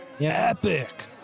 epic